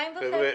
חברים,